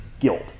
guilt